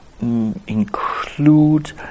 include